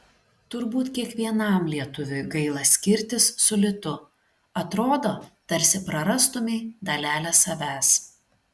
turbūt kiekvienam lietuviui gaila skirtis su litu atrodo tarsi prarastumei dalelę savęs